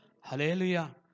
Hallelujah